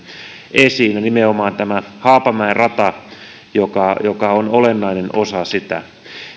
esiin ja nimenomaan tämä haapamäen rata joka joka on olennainen osa sitä